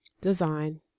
design